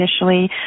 initially